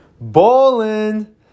Bowling